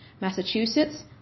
Massachusetts